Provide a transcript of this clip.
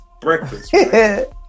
breakfast